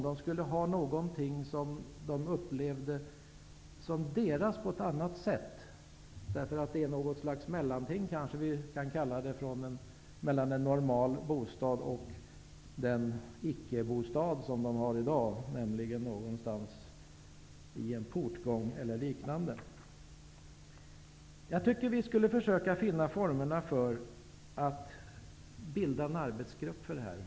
De skulle ha någonting som de på något sätt upplevde som deras, därför att det är något slags mellanting mellan en normal bostad och den icke-bostad som de har i dag, nämligen i en portgång eller liknande. Jag tycker att vi skulle försöka finna formerna för att bilda en arbetsgrupp för detta.